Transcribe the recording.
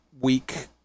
Week